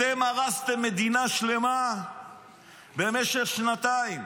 אתם הרסתם מדינה שלמה במשך שנתיים,